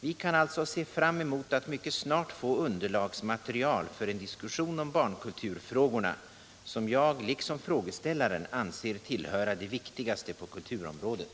Vi kan alltså se fram emot att mycket snart få underlagsmaterial för en diskussion om barnkulturfrågorna, som jag liksom frågeställaren anser tillhöra de viktigaste på kulturområdet.